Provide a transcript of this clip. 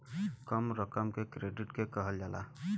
कम रकम के क्रेडिट के कहल जाला